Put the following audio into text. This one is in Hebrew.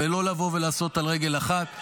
ולא לבוא ולעשות על רגל אחת.